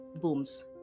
booms